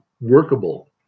workable